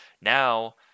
now